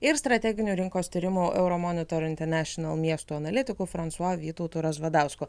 ir strateginių rinkos tyrimų euromonitor international miesto analitiku fransua vytautu razvadausku